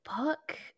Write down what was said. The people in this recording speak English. book